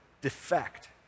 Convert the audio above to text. defect